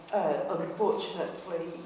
unfortunately